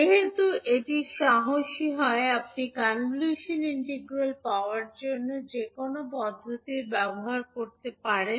যেহেতু এটি সাহসী হয় আপনি কনভোলশন ইন্টিগ্রাল পাওয়ার জন্য যে কোনও পদ্ধতি ব্যবহার করতে পারেন